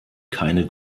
keine